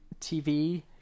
TV